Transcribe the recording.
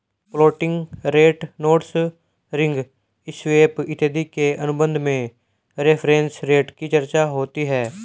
floating rate notes ring swap इत्यादि के अनुबंध में रेफरेंस रेट की चर्चा होती है